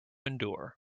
endure